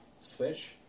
Switch